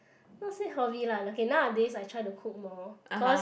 not say hobby lah okay nowadays I try to cook more cause